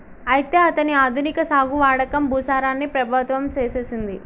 అయితే అతని ఆధునిక సాగు వాడకం భూసారాన్ని ప్రభావితం సేసెసింది